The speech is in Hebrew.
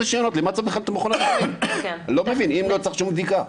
למה צריך בכלל את מכון התקנים אם לא צריך שום בדיקה?